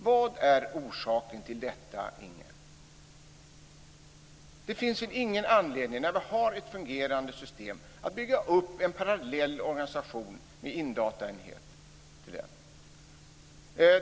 Vad är orsaken till denna åtgärd, Inge Carlsson? Det finns väl när vi har ett fungerande system ingen anledning till att bygga upp en parallell organisation med en indataenhet.